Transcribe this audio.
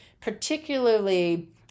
Particularly